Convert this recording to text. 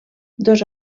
dos